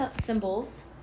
symbols